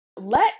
Let